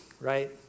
right